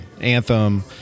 anthem